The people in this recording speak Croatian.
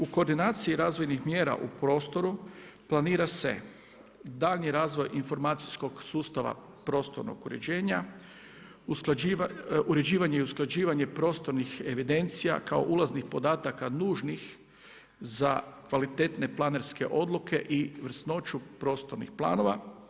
U koordinaciji razvojnih mjera u prostoru planira se daljnji razvoj informacijskog sustava prostornog uređenja, uređivanje i usklađivanje prostornih evidencija kao ulaznih podataka nužnih za kvalitetne planerske odluke i vrsnoću prostornih planova.